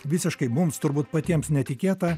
visiškai mums turbūt patiems netikėtą